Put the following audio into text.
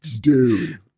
dude